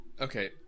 okay